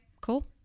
Cool